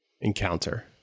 encounter